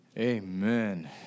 Amen